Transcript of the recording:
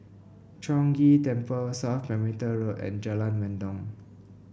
Chong Ghee Temple South Perimeter Road and Jalan Mendong